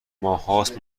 ماههاست